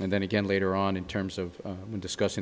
and then again later on in terms of discussing